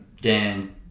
Dan